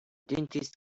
dentist